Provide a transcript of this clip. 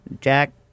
Jack